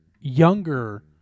younger